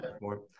more